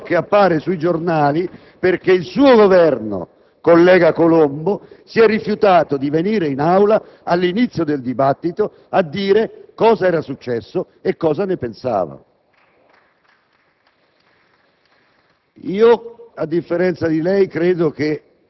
dai Gruppi AN, FI e LNP).* Quindi, stiamo discutendo di ciò che appare sui giornali, perché il suo Governo, collega Colombo, si è rifiutato di venire in Aula all'inizio del dibattito a dire cosa era successo e cosa ne pensava.